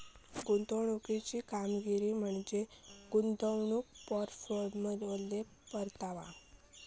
गुंतवणुकीची कामगिरी म्हणजे गुंतवणूक पोर्टफोलिओवरलो परतावा